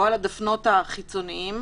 או על הדפנות החיצוניים